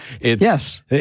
Yes